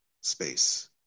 space